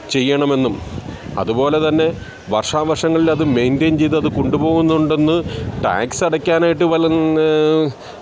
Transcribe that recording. ചെയ്യണമെന്നും അതുപോലെത്തന്നെ വർഷാവർഷങ്ങളിൽ അത് മെയിന്റെയ്ൻ ചെയ്തത് കൊണ്ടുപോകുന്നുണ്ടെന്ന് ടാക്സ് അടയ്ക്കാനായിട്ട് വല്ല